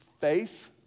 faith